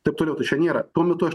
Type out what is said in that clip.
taip toliau čia nėra tuo metu aš